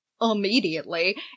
immediately